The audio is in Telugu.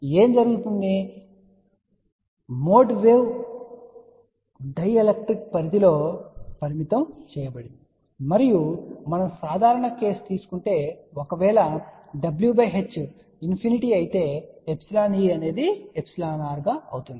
కాబట్టి ఏమి జరుగుతుంది మోడ్ వేవ్ డై ఎలక్ట్రిక్ పరిధిలో పరిమితం చేయబడింది మరియు మనం సాధారణ కేసు తీసుకుంటే ఒకవేళ w h ఇన్ఫినిటీ అయితే εe అనేది εr గా అవుతుంది